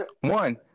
One